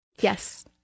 Yes